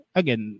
again